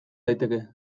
daiteke